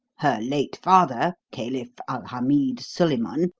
her late father, caliph al hamid sulaiman,